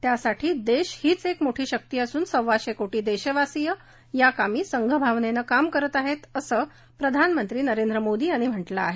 त्यासाठी देश हीच एक मोठी शक्ती असून सव्वाशे कोटी देशवासी या कामी संघभावनेनं काम करत आहेत असं प्रधानमंत्री नरेंद्र मोदी यांनी म्हटलं आहे